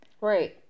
Right